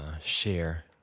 share